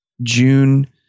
June